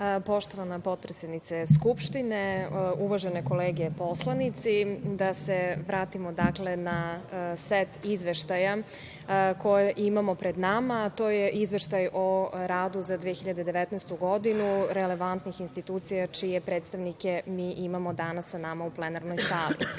Poštovana potpredsednice Skupštine, uvažene kolege poslanici, da se vratimo, dakle, na set izveštaje koje imamo pred nama, a to su izveštaji o radu za 2019. godine relevantnih institucija čije predstavnike mi imamo danas sa nama u plenarnoj sali. Ono